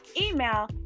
email